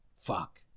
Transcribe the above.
Fuck